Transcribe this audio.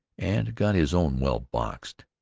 and got his own well boxed.